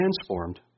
transformed